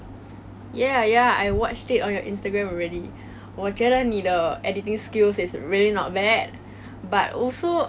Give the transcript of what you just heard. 我觉得这个让人家 err unleash more of their creativity and that's why content creators right now